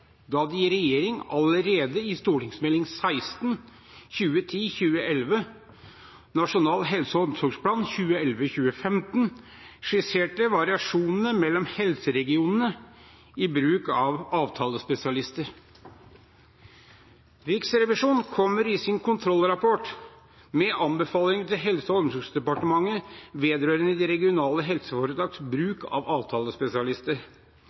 da de – i regjering – allerede i Meld. St. 16 for 2010–2011, Nasjonal helse- og omsorgsplan 2011–2015 skisserte variasjonene mellom helseregionene i bruk av avtalespesialister. Riksrevisjonen kommer i sin kontrollrapport med anbefalinger til Helse- og omsorgsdepartementet vedrørende de regionale helseforetaks bruk av avtalespesialister.